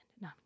No